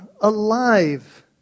alive